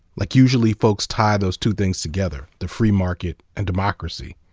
like usually folks tie those two things together, the free market and democracy.